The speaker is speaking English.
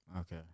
Okay